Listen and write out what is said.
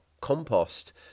compost